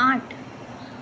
આઠ